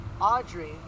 Audrey